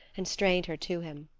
and strained her to him.